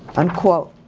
unquote.